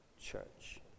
church